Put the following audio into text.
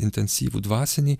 intensyvų dvasinį